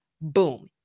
Boom